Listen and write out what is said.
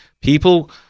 People